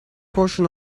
portion